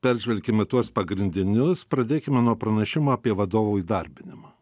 peržvelkime tuos pagrindinius pradėkime nuo pranešimo apie vadovo įdarbinimą